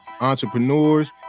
entrepreneurs